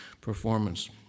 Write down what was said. performance